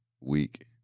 week